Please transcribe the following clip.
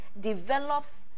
develops